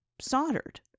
soldered